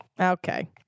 okay